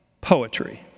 poetry